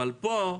אבל פה,